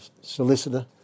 solicitor